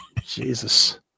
Jesus